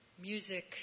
music